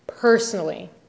personally